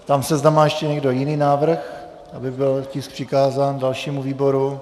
Ptám se, zda má ještě někdo jiný návrh, aby byl tisk přikázán dalšímu výboru.